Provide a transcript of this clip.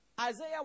Isaiah